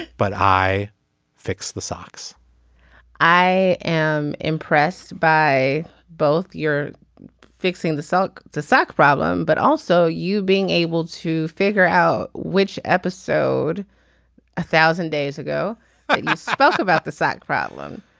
but i fixed the socks i am impressed by both your fixing the silk de sac problem but also you being able to figure out which episode a thousand days ago you spoke about the sock problem.